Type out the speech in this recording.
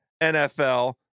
NFL